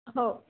हो